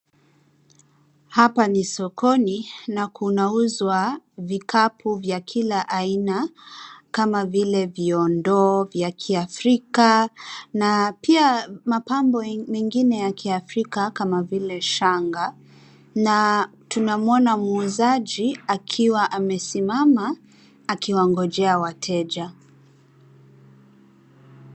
Hapa ni sokoni na kunauzwa vikapu vya kila aina kama vile vyondo vya kiafrika na pia mapambo mengine ya kiafrika kama vile shanga na tunamwona muuzaji akiwa amesimama akiwangojea wateja.